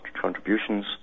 contributions